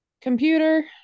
computer